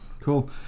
cool